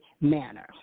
manner